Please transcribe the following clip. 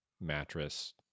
mattress